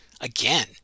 again